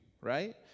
right